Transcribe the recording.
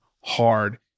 hard